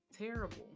terrible